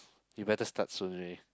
you better start soon right